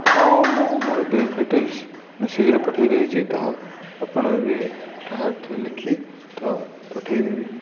ହଁ ମୁଁ ମୋର ବ୍ୟାଙ୍କ୍ ଡିଟେଲ୍ସ୍ ମେସେଜ୍ରେ ପଠାଇଦେଇଛି ତାହା ଆପଣ ଏବେ ଯହା ଲେଖି ତା ପଠାଇଦେବି